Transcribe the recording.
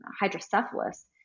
hydrocephalus